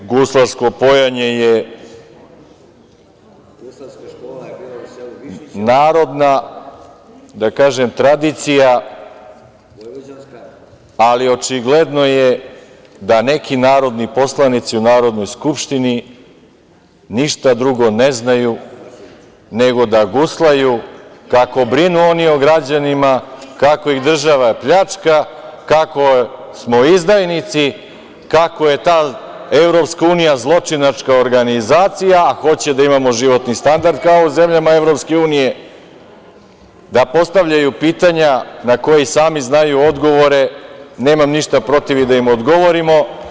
Guslarsko pojanje je narodna, da kažem, tradicija, ali očigledno je da neki narodni poslanici u Narodnoj skupštini ništa drugo ne znaju, nego da guslaju kako brinu oni o građanima, kako ih država pljačka, kako smo izdajnici, kako je ta EU zločinačka organizacija, hoće da imamo životni standard kao u zemljama EU, da postavljaju pitanja na koja i sami znaju odgovore, nemam ništa protiv ni da im odgovorimo.